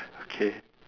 okay